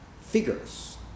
figures